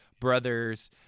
brothers